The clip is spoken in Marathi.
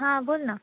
हां बोल ना